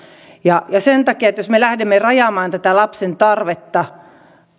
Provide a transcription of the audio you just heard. sen takia jos me lähdemme rajaamaan tätä lapsen tarvetta